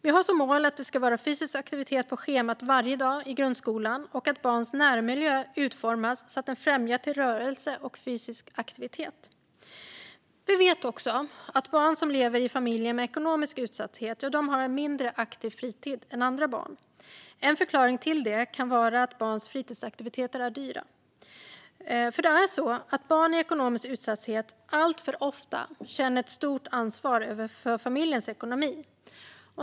Vi har som mål att det ska vara fysisk aktivitet på schemat varje dag i grundskolan och att barns närmiljö ska utformas så att den främjar rörelse och fysisk aktivitet. Vi vet också att barn som lever i familjer med ekonomisk utsatthet har en mindre aktiv fritid än andra barn. En förklaring till det kan vara att barns fritidsaktiviteter är dyra. Barn i ekonomisk utsatthet känner alltför ofta ett stort ansvar för familjens ekonomi.